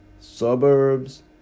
suburbs